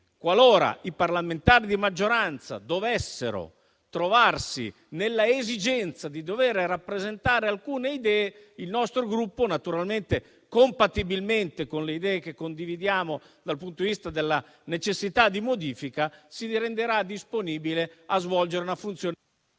qualora i parlamentari di maggioranza dovessero trovarsi nella esigenza di dover rappresentare alcune idee, il nostro Gruppo, compatibilmente con le idee che condividiamo dal punto di vista della necessità di modifica, si renderà disponibile a svolgere una funzione